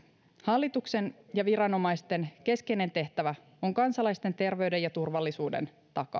hallituksen ja viranomaisten keskeinen tehtävä on kansalaisten terveyden ja turvallisuuden takaaminen